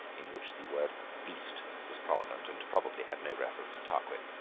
in which the word beast was prominent, and probably had no reference to tarquin.